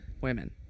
women